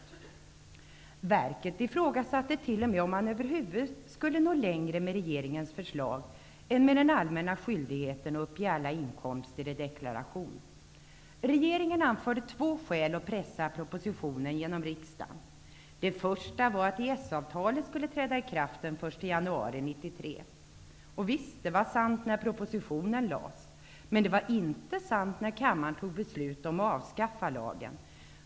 Riksskatteverket ifrågasatte t.o.m. om man över huvud skulle nå längre med regeringens förslag än med den allmänna skyldigheten att uppge alla inkomster i deklarationen. Regeringen anförde två skäl att pressa propositionen genom riksdagen. Det första var att Det var sant när propositionen lades fram, men det var inte sant när kammaren fattade beslut om att avskaffa lagen.